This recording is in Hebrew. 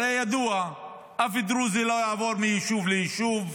הרי ידוע שאף דרוזי לא יעבור מיישוב ליישוב,